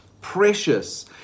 precious